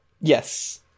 Yes